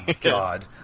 God